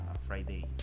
Friday